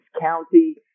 County